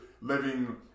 living